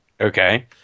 Okay